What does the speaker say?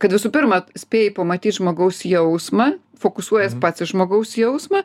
kad visų pirma spėjai pamatyt žmogaus jausmą fokusuojies pats į žmogaus jausmą